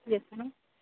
ঠিক আছে ন